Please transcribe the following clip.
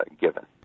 given